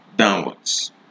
downwards